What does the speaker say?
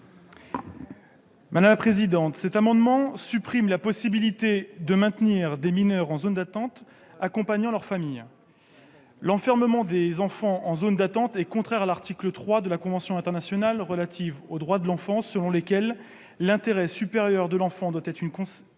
Xavier Iacovelli. Cet amendement vise à supprimer la possibilité de maintenir des mineurs accompagnant leur famille en zone d'attente. L'enfermement des enfants en zone d'attente est contraire à l'article 3 de la convention internationale relative aux droits de l'enfant selon lequel « l'intérêt supérieur de l'enfant doit être une considération